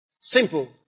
Simple